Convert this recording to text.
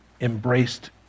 embraced